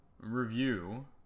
review